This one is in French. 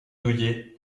douillet